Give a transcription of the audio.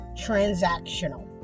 transactional